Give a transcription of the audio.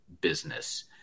business